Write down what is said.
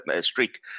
streak